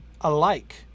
alike